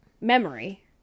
memory